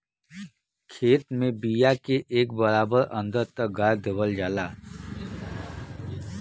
खेत में बिया के एक बराबर अन्दर तक गाड़ देवल जाला